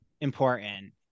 important